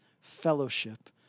Fellowship